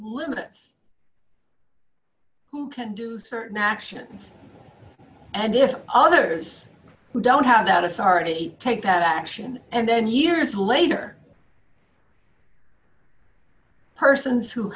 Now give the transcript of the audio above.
limits who can do certain actions and if others who don't have that authority take that action and then years later persons who